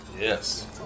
Yes